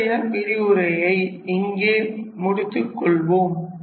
இன்றைய விரிவுரையை இங்கே முடித்துக் கொள்வோம்